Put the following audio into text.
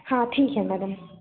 हाँ ठीक है मैडम